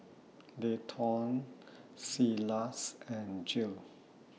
Dayton Silas and Jill